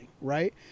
right